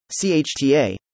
CHTA